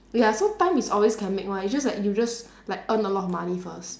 ya so time is always can make [one] it's just that you just like earn a lot of money first